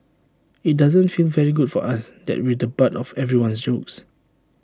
IT doesn't feel very good for us that we're the butt of everyone's jokes